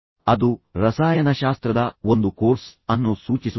ಆದ್ದರಿಂದ CHM 455 ರಸಾಯನಶಾಸ್ತ್ರದಲ್ಲಿ ಒಂದು ಕೋರ್ಸ್ ಅನ್ನು ಸೂಚಿಸುತ್ತದೆ